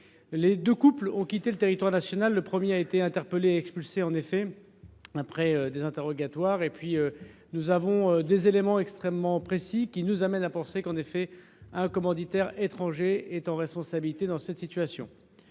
Les deux couples ont quitté le territoire national. Le premier a été interpellé et expulsé, après des interrogatoires. Des éléments extrêmement précis nous amènent à penser qu’un commanditaire étranger a une part de responsabilité dans cette situation.